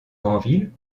grandville